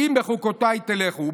"אם בחֻקתי תלכו".